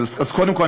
אז קודם כול,